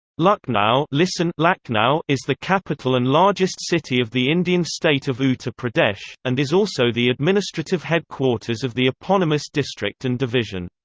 lucknow lakhna'u is the capital and largest city of the indian state of uttar pradesh, and is also the administrative headquarters of the eponymous district and division.